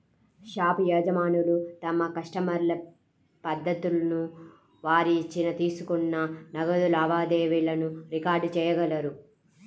shop యజమానులు తమ కస్టమర్ల పద్దులను, వారు ఇచ్చిన, తీసుకున్న నగదు లావాదేవీలను రికార్డ్ చేయగలరు